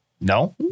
No